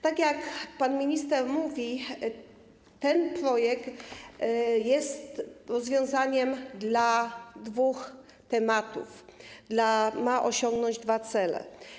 Tak jak pan minister mówił, ten projekt jest rozwiązaniem dotyczącym dwóch tematów, ma osiągnąć dwa cele.